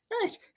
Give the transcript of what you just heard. Nice